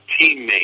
teammate